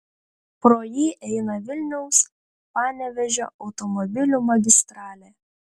pro jį eina vilniaus panevėžio automobilių magistralė